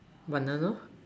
banana